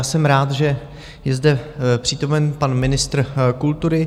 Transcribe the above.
Jsem rád, že je zde přítomen pan ministr kultury.